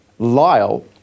Lyle